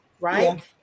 Right